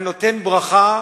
ואני נותן ברכה